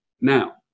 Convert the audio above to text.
now